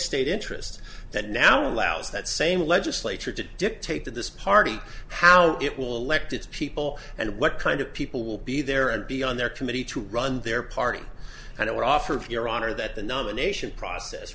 state interest that now allows that same legislature to dictate to this party how it will lect its people and what kind of people will be there and be on their committee to run their party and it will offer of your honor that the nomination process